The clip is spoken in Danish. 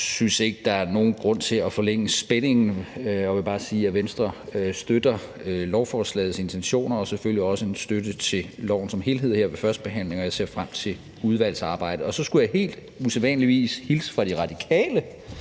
Jeg synes ikke, der er nogen grund til at forlænge spændingen. Jeg vil bare sige, at Venstre støtter lovforslagets intentioner og selvfølgelig også giver en støtte til loven som helhed her ved førstebehandlingen, og jeg ser frem til udvalgsarbejdet. Og så skulle jeg helt usædvanligt hilse fra De Radikale